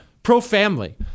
Pro-family